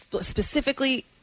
specifically –